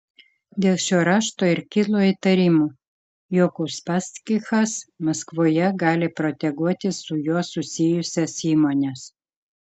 dėl šio rašto ir kilo įtarimų jog uspaskichas maskvoje gali proteguoti su juo susijusias įmones